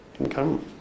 income